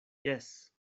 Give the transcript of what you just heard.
jes